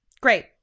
Great